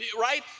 right